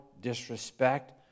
disrespect